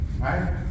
Right